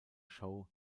show